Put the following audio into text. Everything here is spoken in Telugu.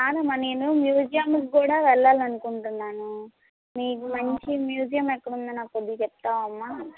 కాదమ్మా నేను మ్యూజియంకు కూడా వెళ్ళాలని అకుంటున్నాను మీకు మంచి మ్యూజియం ఎక్కడ ఉందో నాకు కొద్దిగా చెప్తావమ్మా